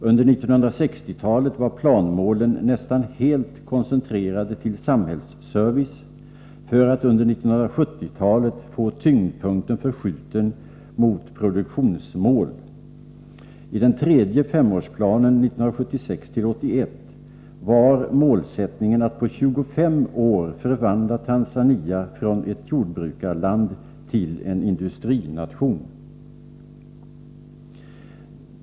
Under 1960-talet var planmålen nästan helt koncentrerade till samhällsservice, för att under 1970-talet få tyngdpunkten förskjuten mot produktionsmål. I den tredje femårsplanen, 1976-1981, var målsättningen att på 25 år förvandla Tanzania från ett jordbrukarland till en industrination.